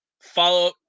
Follow